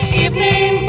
evening